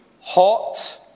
hot